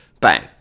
bang